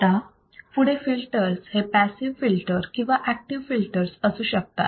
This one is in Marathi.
आता पुढे फिल्टर्स हे पॅसिव्ह फिल्टर्स किंवा ऍक्टिव्ह फिल्टर्स असू शकतात